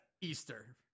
Easter